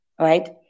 right